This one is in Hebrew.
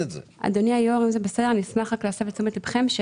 אדוני היושב ראש, אני אשמח להסב את תשומת לבכם לכך